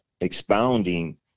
expounding